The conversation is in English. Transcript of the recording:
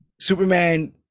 superman